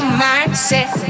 mindset